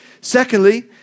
Secondly